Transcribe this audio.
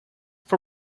for